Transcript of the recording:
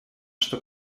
что